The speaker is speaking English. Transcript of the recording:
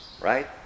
right